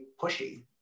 pushy